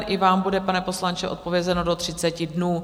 I vám bude, pane poslanče, odpovězeno do 30 dnů.